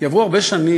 יעברו הרבה שנים,